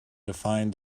define